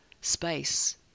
space